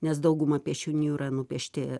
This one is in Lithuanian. nes dauguma piešinių yra nupiešti